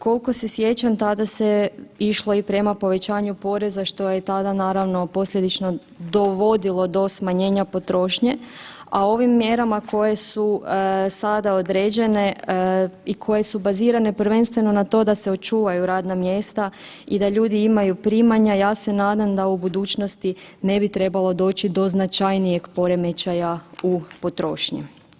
Kolko se sjećam tada se išlo i prema povećanju poreza, što je tada naravno posljedično dovodilo do smanjenja potrošnje, a ovim mjerama koje su sada određene i koje su bazirane prvenstveno na to da se očuvaju radna mjesta i da ljudi imaju primanja, ja se nadam da u budućnosti ne bi trebalo doći do značajnijeg poremećaja u potrošnji.